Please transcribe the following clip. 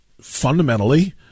fundamentally